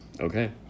Okay